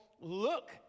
look